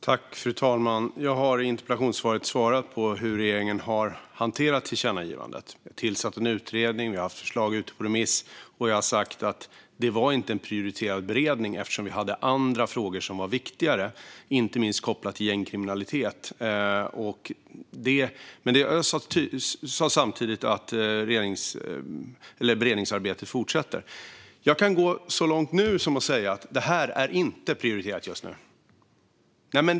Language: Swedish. Fru talman! Jag har i interpellationssvaret svarat på hur regeringen har hanterat tillkännagivandet. Vi har tillsatt en utredning och haft förslag ute på remiss. Jag sa också att det inte var en prioriterad beredning, eftersom vi hade andra frågor som var viktigare, inte minst kopplat till gängkriminalitet. Men jag sa samtidigt att beredningsarbetet fortsätter. Nu kan jag gå så långt som att säga att det här inte är prioriterat just nu.